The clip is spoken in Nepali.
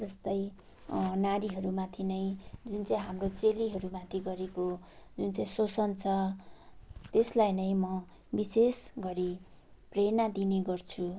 जस्तै नारीहरूमाथि नै जुन चाहिँ हाम्रो चेलीहरूमाथि गरेको जुन चाहिँ शोषण छ त्यसलाई नै म विशेष गरी प्रेरणा दिने गर्छु